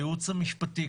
הייעוץ המשפטי,